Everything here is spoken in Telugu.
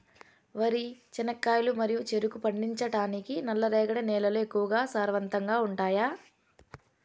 వరి, చెనక్కాయలు మరియు చెరుకు పండించటానికి నల్లరేగడి నేలలు ఎక్కువగా సారవంతంగా ఉంటాయా?